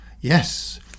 yes